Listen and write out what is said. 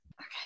Okay